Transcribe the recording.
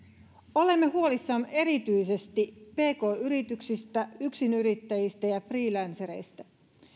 olemme huolissamme erityisesti pk yrityksistä yksinyrittäjistä ja freelancereista